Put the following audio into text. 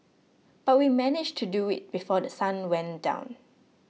but we managed to do it before The Sun went down